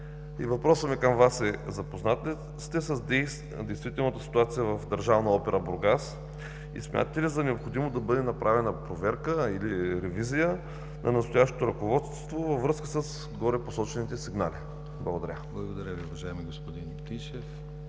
Въпросът ми към Вас е: запознат ли сте с действителната ситуация в Държавна опера Бургас? Смятате ли за необходимо да бъде направена проверка или ревизия на настоящото ръководство във връзка с горепосочените сигнали? Благодаря. ПРЕДСЕДАТЕЛ ДИМИТЪР ГЛАВЧЕВ: Благодаря Ви, уважаеми господин Тишев.